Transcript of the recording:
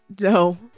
No